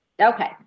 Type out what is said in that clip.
Okay